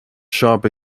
shop